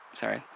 Sorry